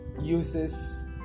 uses